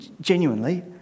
Genuinely